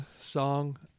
song